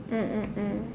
mm mm mm